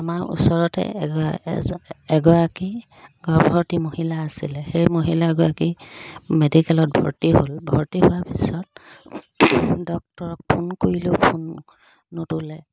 আমাৰ ওচৰতে এজন এগৰাকী গৰ্ভৱতী মহিলা আছিলে সেই মহিলাগৰাকী মেডিকেলত ভৰ্তি হ'ল ভৰ্তি হোৱাৰ পিছত ডক্তৰক ফোন কৰিলেও ফোন নোতোলে